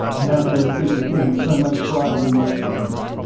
now glows deep within and so muchbrighter than those flamesand